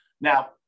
Now